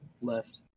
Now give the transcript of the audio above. left